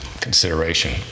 consideration